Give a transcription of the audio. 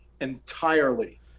entirely